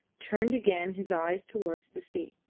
turned again his eyes towards the sea.